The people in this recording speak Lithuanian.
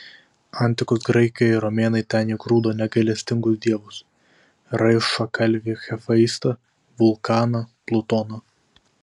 antikos graikai ir romėnai ten įgrūdo negailestingus dievus raišą kalvį hefaistą vulkaną plutoną